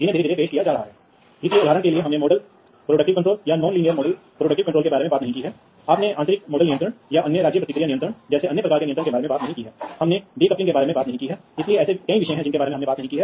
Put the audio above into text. तो अगर आप हमेशा एक खरीद सकते हैं तो हम कहते हैं कि कंपनी बी से एक नेटवर्क कार्ड और कंपनी सी से हार्ड डिस्क नियंत्रक और ए से मदरबोर्ड और यदि आप उन्हें पीसी कैबिनेट पर रखते हैं तो वे बिना किसी समस्या के काम करने जा रहे हैं